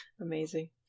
Amazing